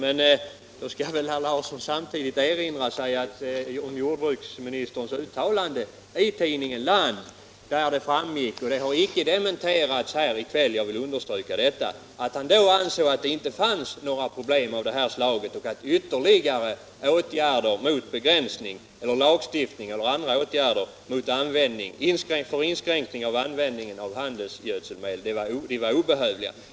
Då skall väl herr Larsson samtidigt erinra sig jordbruksministerns uttalande i tidningen Land, där det framgick — och det är inte dementerat i kväll, det vill jag understryka — att han ansåg att det inte fanns några problem av det här slaget och att lagstiftning eller andra åtgärder med syfte att inskränka användningen av handelsgödselmedel var obehövliga.